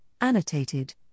annotated